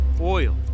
Oil